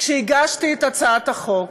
כשאני מגישה את הצעת החוק.